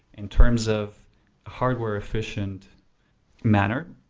in terms of hardware-efficient manner,